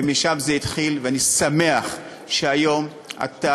ומשם זה התחיל, ואני שמח שהיום אתה